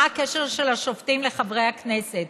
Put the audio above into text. מה הקשר של השופטים לחברי הכנסת?